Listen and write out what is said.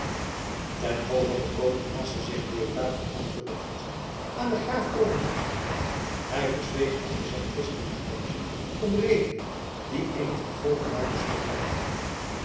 ten hove gekomen haastte zich deodaat het antwoord der friezen aan den graaf over te brengen hij verzweeg echter zijn twist met adeelen om redenen die in t vervolg nader zullen blijken